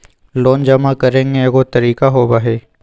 Loan जमा करेंगे एगो तारीक होबहई?